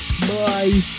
Bye